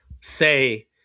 say